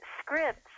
scripts